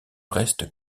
reste